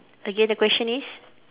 again the question is